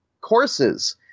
courses